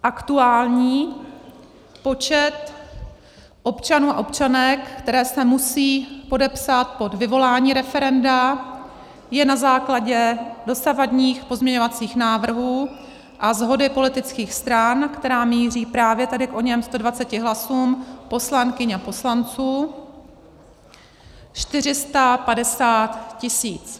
Aktuální počet občanů a občanek, kteří se musí podepsat pod vyvolání referenda, je na základě dosavadních pozměňovacích návrhů a shody politických stran, která míří právě tedy k oněm 120 hlasům poslankyň a poslanců, 450 tisíc.